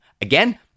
Again